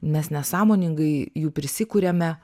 mes nesąmoningai jų prisikuriame